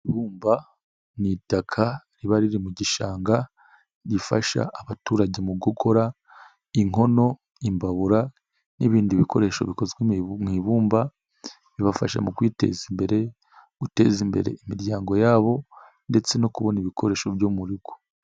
Ibumba ni itaka riba riri mu gishanga rifasha abaturage mu gukora inkono, imbabura n'ibindi bikoresho bikozwe mu ibumba, bibafasha mu kwiteza imbere, guteza imbere imiryango yabo ndetse no kubona ibikoresho byo mu rugo.